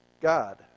God